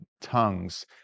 tongues